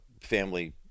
family